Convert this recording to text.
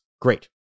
great